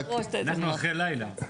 אנחנו אחרי לילה.